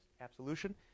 absolution